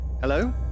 Hello